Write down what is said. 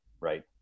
right